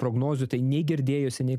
prognozių tai nei girdėjosi nei